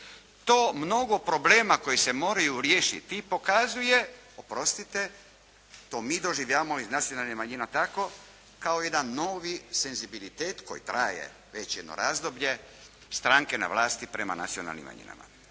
To mnogo problema koji se moraju riješiti pokazuje oprostite, to mi doživljavamo iz nacionalnih manjina tako kao jedan novi senzibilitet koji traje već jedno razdoblje stranke na vlasti prema nacionalnim manjinama.